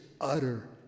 utter